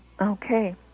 Okay